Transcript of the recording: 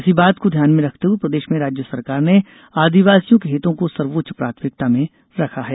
इसी बात को ध्यान में रखते हए प्रदेश में राज्य सरकार ने आदिवासियों के हितों को सर्वोच्च प्राथमिकता में रखा है